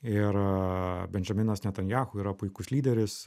ir bendžiaminas netanyahu yra puikus lyderis